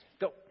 Go